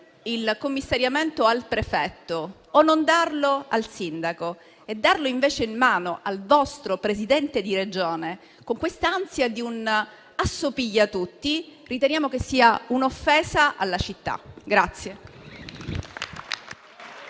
il commissariamento al prefetto o non darlo al sindaco e darlo invece in mano al vostro Presidente di Regione, con l'ansia di un asso pigliatutto, riteniamo che sia un'offesa alla città.